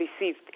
received